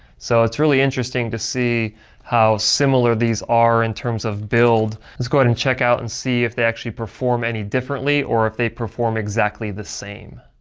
so it's really interesting to see how similar these are in terms of build. let's go ahead and check out and see if they actually perform any differently, or if they perform exactly the same.